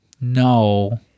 no